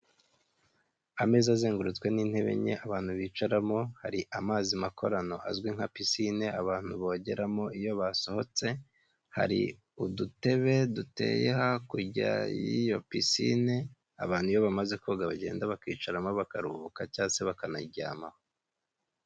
Ameza azengurutswe n'intebe nke abantu bicaramo, hari amazi makorano azwi nka pisine abantu bogeramo iyo basohotse, hari udutebe duteye hakurya y'iyo pisine, abantu iyo bamaze koga bagenda bakicaramo bakaruhuka cyangwa se bakanayiryamaho.